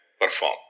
perform